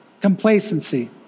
Complacency